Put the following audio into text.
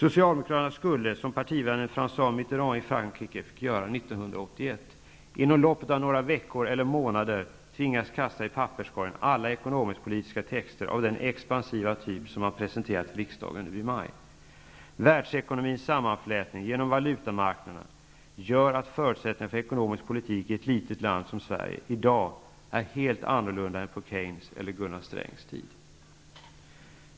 Francois Mitterand fick göra i Frankrike 1981, inom loppet av några veckor eller månader tvingas kasta i papperskorgen alla ekonomisk-politiska texter av den expansiva typ som man presenterat för riksdagen nu i maj. Världsekonomins sammanflätning genom valutamarknaderna gör att förutsättningarna för ekonomisk politik i ett litet land som Sverige i dag är helt annorlunda än på Keynes eller Gunnar Strängs tid.